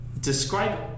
Describe